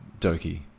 Doki